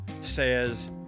says